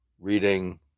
reading